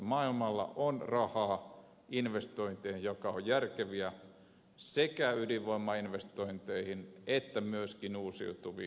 maailmalla on rahaa investointeihin jotka ovat järkeviä sekä ydinvoimainvestointeihin että myöskin uusiutuviin